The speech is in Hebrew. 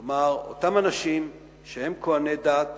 כלומר, אותם אנשים שהם כוהני דת